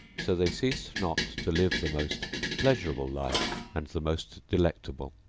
so they ceased not to live the most pleasurable life and the most delectable,